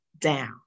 down